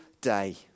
day